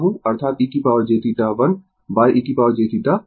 अर्थात e jθ 1e jθ2